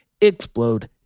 explode